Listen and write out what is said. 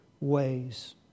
ways